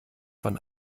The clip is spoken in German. von